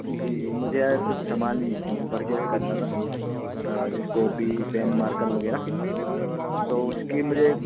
جی جی مجھے کچھ سامان پرچیز کرنا تھا کاپی پین مارکر وغیرہ تو اس کی مجھے